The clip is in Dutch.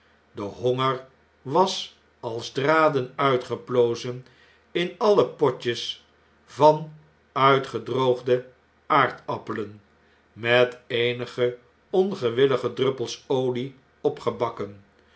de honger was als dradenuitgeplozen in alle potjes van uitgedroogde aardappelen met eenige ongewillige druppels olie opgebakken